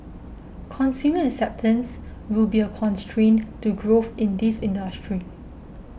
consumer acceptance will be a constraint to growth in this industry